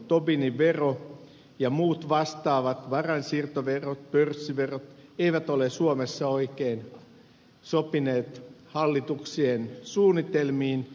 tobinin vero ja muut vastaavat varainsiirtoverot pörssiverot eivät ole suomessa oikein sopineet hallituksien suunnitelmiin